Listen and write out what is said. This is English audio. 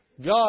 God